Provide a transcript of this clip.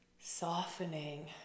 softening